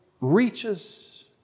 reaches